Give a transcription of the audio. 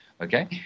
Okay